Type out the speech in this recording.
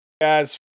Guys